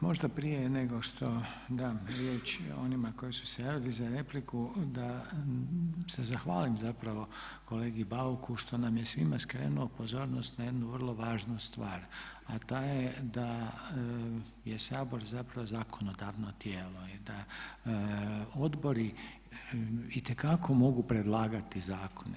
Možda prije nego što dam riječ onima koji su se javili za repliku da se zahvalim zapravo kolegi Bauku što nam je svima skrenuo pozornost na jednu vrlo važnu stvar a ta je da je Sabor zapravo zakonodavno tijelo i da odbori itekako mogu predlagati zakone.